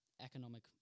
economic